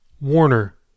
Warner